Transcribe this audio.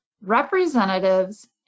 representatives